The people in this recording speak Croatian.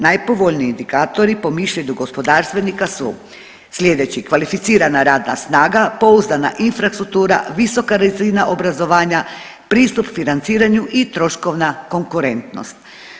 Najpovoljniji indikatori po mišljenju gospodarstvenika su slijedeći, kvalificirana radna snaga, pouzdana infrastruktura, visoka razina obrazovanja, pristup financiranju i troškovna konkurentnost.